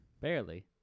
Barely